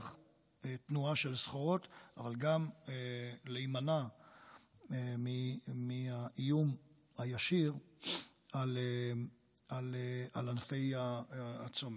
תנועה של סחורות אבל גם להימנע מהאיום הישיר על ענפי הצומח.